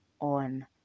on